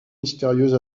mystérieuse